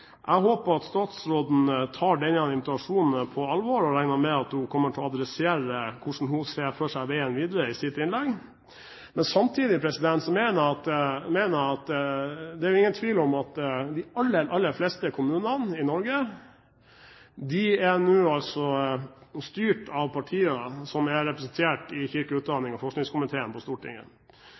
Jeg håper statsråden tar denne invitasjonen på alvor. Jeg regner med at hun kommer til å adressere hvordan hun ser for seg veien videre i sitt innlegg. Samtidig mener jeg at det er ingen tvil om at de aller fleste kommunene i Norge nå er styrt av partier som er representert i kirke-, utdannings- og forskningskomiteen på Stortinget.